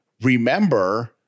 remember